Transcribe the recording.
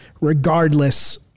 regardless